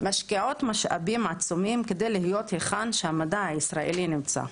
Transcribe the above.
משקיעות משאבים עצומים כדי להיות היכן שהמדע הישראלי נמצא.